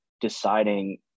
deciding